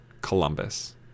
Columbus